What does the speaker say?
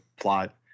plot